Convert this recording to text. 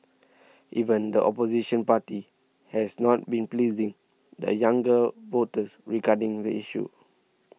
even the opposition party has not been pleasing the younger voters regarding the issue